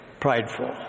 prideful